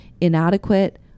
inadequate